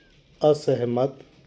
असहमत